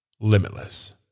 limitless